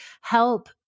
help